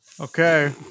Okay